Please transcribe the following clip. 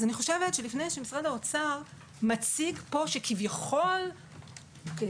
אז אני חושבת שלפני שמשרד האוצר מציג פה כשביכול תיקנון